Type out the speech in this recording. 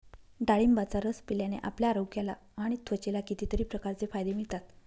डाळिंबाचा रस पिल्याने आपल्या आरोग्याला आणि त्वचेला कितीतरी प्रकारचे फायदे मिळतात